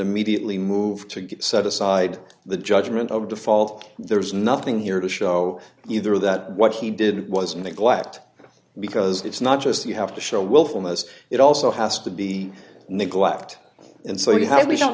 immediately move to get set aside the judgment of default there's nothing here to show either that what he did was in the glassed because it's not just you have to show willfulness it also has to be neglect and so you have we don't